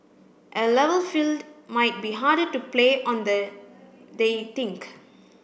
a level field might be harder to play on they they think